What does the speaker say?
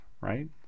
right